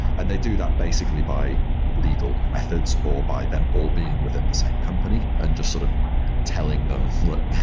and they do that basically by legal methods or by them all being within the same company and just sort of telling them, look,